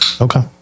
okay